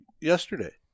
yesterday